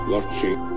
Watching